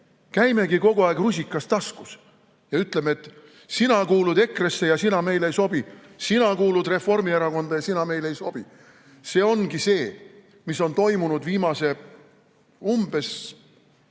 Käimegi kogu aeg, rusikas taskus, ja ütleme, et sina kuulud EKRE-sse ja sina meile ei sobi, sina kuulud Reformierakonda ja sina meile ei sobi. See ongi see, mis on toimunud viimase umbes